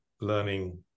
learning